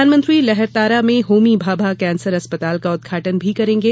प्रधानमंत्री लहरतारा में होमी भाभा कैंसर अस्पताल का उदघाटन भी करेंगे